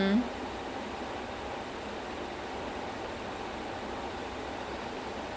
like and I I felt like how everyone combined there was really interesting